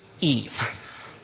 Eve